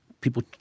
people